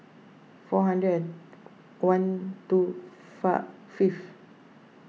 four hundred one two far fifth